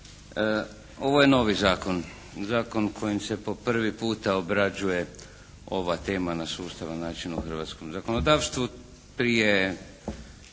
Ovo je novi zakon, zakon kojim se po prvi puta obrađuje ova tema na sustavan način u hrvatskom zakonodavstvu. Prije